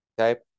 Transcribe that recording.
Okay